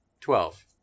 Twelve